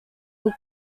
will